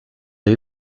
dei